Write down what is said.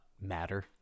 matter